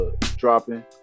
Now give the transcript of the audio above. dropping